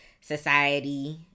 society